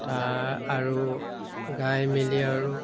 তাৰ আৰু গাই মেলি আৰু